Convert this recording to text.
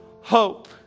hope